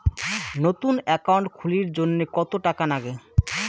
নতুন একাউন্ট খুলির জন্যে কত টাকা নাগে?